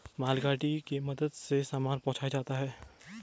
मालगाड़ी के मदद से सामान पहुंचाया जाता है